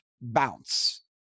bounce